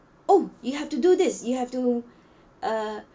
oh you have to do this you have to uh